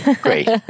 Great